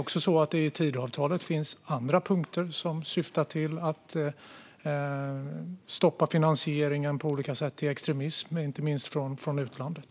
I Tidöavtalet finns dessutom andra punkter som syftar till att på olika sätt stoppa finansieringen till extremism, inte minst från utlandet.